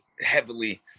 heavily